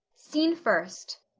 scene first.